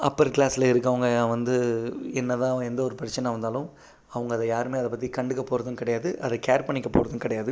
அப்பர் க்ளாஸில் இருக்கிறவங்க வந்து என்ன தான் எந்த ஒரு பிரச்சனை வந்தாலும் அவங்க அதை யாருமே அதை பற்றி கண்டுக்க போகிறதும் கிடையாது அத கேர் பண்ணிக்க போகிறதும் கிடையாது